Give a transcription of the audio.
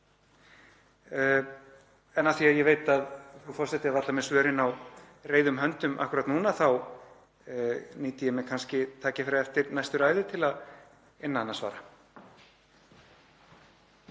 En af því að ég veit að frú forseti er varla með svörin á reiðum höndum akkúrat núna þá nýti ég mér kannski tækifærið eftir næstu ræðu til að inna hana svara.